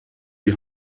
die